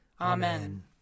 Amen